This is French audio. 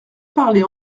parlait